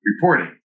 reporting